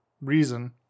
reason